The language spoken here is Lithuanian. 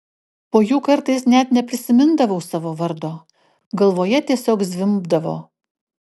po jų kartais net neprisimindavau savo vardo galvoje tiesiog zvimbdavo